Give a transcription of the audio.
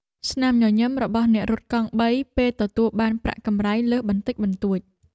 ស្នាមញញឹមរបស់អ្នករត់កង់បីពេលទទួលបានប្រាក់កម្រៃលើសបន្តិចបន្តួច។